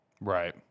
Right